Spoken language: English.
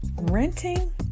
Renting